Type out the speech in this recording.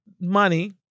Money